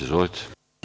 Izvolite.